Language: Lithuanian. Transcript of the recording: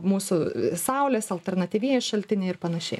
mūsų saulės alternatyvieji šaltiniai ir panašiai